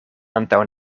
antaŭ